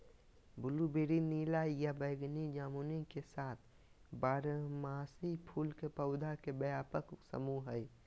blueberry नीला या बैगनी जामुन के साथ बारहमासी फूल के पौधा के व्यापक समूह हई